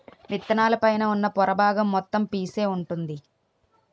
విత్తనాల పైన ఉన్న పొర బాగం మొత్తం పీసే వుంటుంది